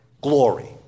glory